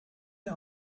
der